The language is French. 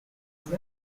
six